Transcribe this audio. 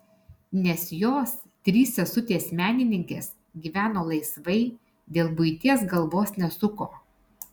nes jos trys sesutės menininkės gyveno laisvai dėl buities galvos nesuko